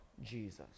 Jesus